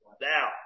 Now